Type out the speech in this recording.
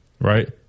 Right